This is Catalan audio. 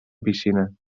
piscina